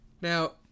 Now